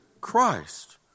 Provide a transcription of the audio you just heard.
Christ